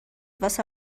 واسه